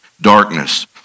darkness